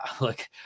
look